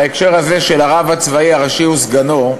בהקשר הזה של הרב הצבאי הראשי וסגנו,